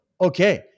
okay